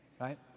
right